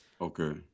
Okay